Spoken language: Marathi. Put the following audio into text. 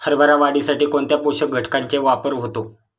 हरभरा वाढीसाठी कोणत्या पोषक घटकांचे वापर होतो?